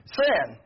sin